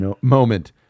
moment